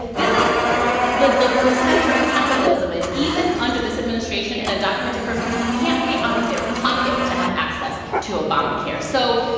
this is the the center of capitalism and even under this administration an undocumented person can't pay out of their pocket to have access to obamacare. so,